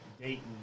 Dayton